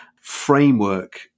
framework